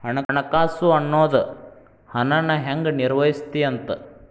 ಹಣಕಾಸು ಅನ್ನೋದ್ ಹಣನ ಹೆಂಗ ನಿರ್ವಹಿಸ್ತಿ ಅಂತ